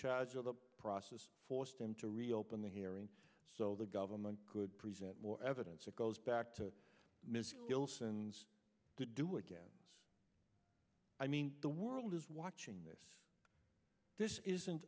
charge of the process forced him to reopen the hearing so the government could present more evidence it goes back to mrs gilson to do again i mean the world is watching this this isn't